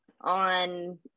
on